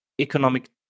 economic